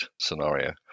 scenario